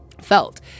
Felt